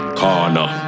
corner